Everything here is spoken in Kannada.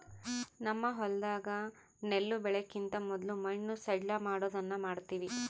ನಮ್ಮ ಹೊಲದಾಗ ನೆಲ್ಲು ಬೆಳೆಕಿಂತ ಮೊದ್ಲು ಮಣ್ಣು ಸಡ್ಲಮಾಡೊದನ್ನ ಮಾಡ್ತವಿ